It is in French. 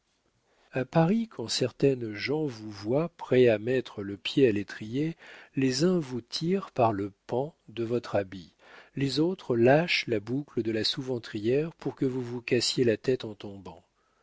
a paris quand certaines gens vous voient prêts à mettre le pied à l'étrier les uns vous tirent par le pan de votre habit les autres lâchent la boucle de la sous ventrière pour que vous vous cassiez la tête en tombant